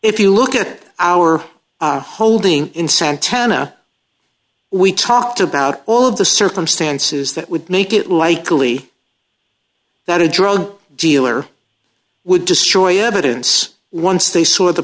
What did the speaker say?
if you look at our holding in santana we talked about all of the circumstances that would make it likely that a drug dealer would destroy evidence once they saw the